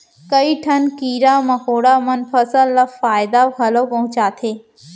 कई ठन कीरा मकोड़ा मन फसल ल फायदा घलौ पहुँचाथें